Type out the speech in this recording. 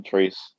trace